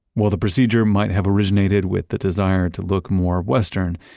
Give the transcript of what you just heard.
while the procedure might have originated with the desire to look more western,